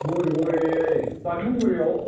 बुरबरि बाथौ फुरियाव